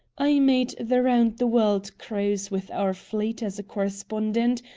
i made the round-the-world cruise with our fleet as a correspondent,